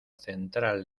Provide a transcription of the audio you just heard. central